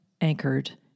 Anchored